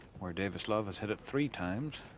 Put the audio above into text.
where davis love's had it three times.